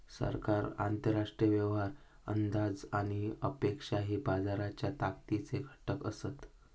सरकार, आंतरराष्ट्रीय व्यवहार, अंदाज आणि अपेक्षा हे बाजाराच्या ताकदीचे घटक असत